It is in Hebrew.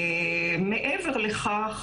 מעבר לכך,